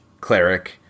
cleric